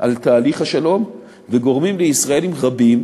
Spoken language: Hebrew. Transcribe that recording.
על תהליך השלום וגורמים לישראלים רבים